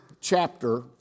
chapter